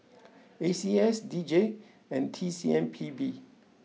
A C S D J and T C M P B